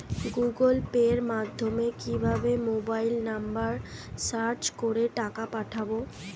Google Pay মাধ্যমে কিভাবে mobile number search করে টাকা পাঠাবো?